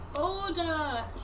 Order